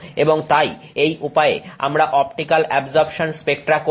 এবং তাই এই উপায়ে আমরা অপটিক্যাল অ্যাবজর্পশন স্পেক্ট্রা করি